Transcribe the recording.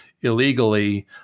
illegally